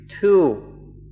two